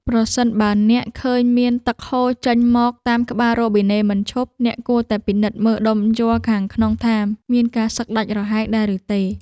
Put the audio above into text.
ប្រសិនបើអ្នកឃើញមានទឹកហូរចេញមកតាមក្បាលរ៉ូប៊ីណេមិនឈប់ អ្នកគួរតែពិនិត្យមើលដុំជ័រខាងក្នុងថាមានការសឹកដាច់រហែកដែរឬទេ។